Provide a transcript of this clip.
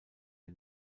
der